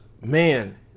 man